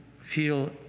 feel